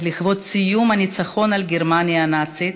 לכבוד ציון הניצחון על גרמניה הנאצית,